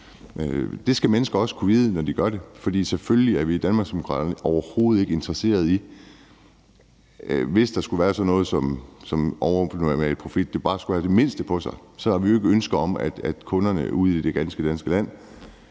Det skal mennesker også kunne vide, når de gør det. For selvfølgelig er vi i Danmarksdemokraterne overhovedet ikke interesserede i det, hvis sådan noget som overnormal profit bare skulle have det mindste på sig; så har vi jo ikke noget ønske om, at kunderne ude i det ganske danske land